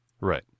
Right